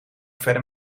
verder